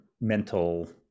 mental